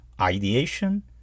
ideation